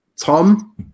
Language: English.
Tom